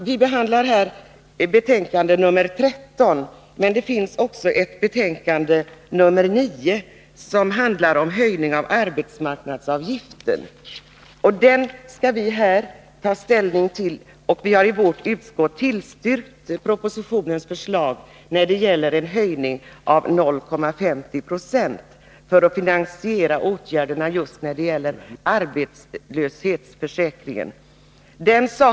Vi behandlar här socialförsäkringsutskottets betänkande nr 13, men det finns också ett betänkande nr 9 som handlar om höjning av arbetsmarknadsavgiften. Här skall vi ta ställning till denna avgift. I socialförsäkringsutskottet har vi tillstyrkt propositionens förslag om en höjning med 0,50 96 för finansiering just när det gäller arbetslöshetsförsäkringen.